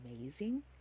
amazing